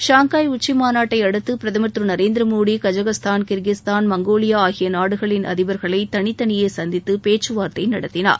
Shanghai உச்சி மாநாட்டை அடுத்து பிரதமா் Thiru Narendra Modi Kazakhstan Kyrgyzstan Mongolia ஆகிய நாடுகளின் அதிபா்களை தனித்தனியே சந்தித்து பேச்சு வார்த்தை நடத்தினார்